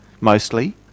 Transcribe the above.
mostly